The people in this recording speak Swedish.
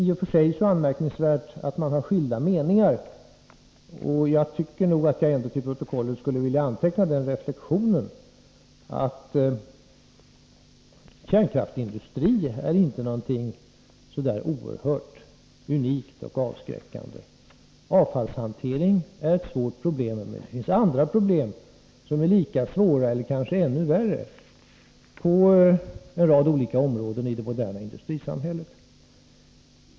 I och för sig är det väl inte anmärkningsvärt att man har skilda meningar, men jag vill nog ändå till protokollet anteckna den reflexionen att kärnkraftindustri inte är något oerhört unikt och avskräckande. Avfallshanteringen är förvisso ett svårt problem, men det finns andra problem på en rad områden i ett modernt industrisamhälle som är lika svåra eller kanske ännu värre.